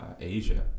Asia